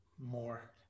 more